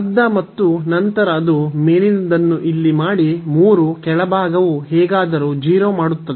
12 ಮತ್ತು ನಂತರ ಅದು ಮೇಲಿನದನ್ನು ಇಲ್ಲಿ ಮಾಡಿ 3 ಕೆಳಭಾಗವು ಹೇಗಾದರೂ 0 ಮಾಡುತ್ತದೆ